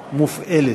תודה.